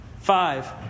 Five